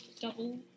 double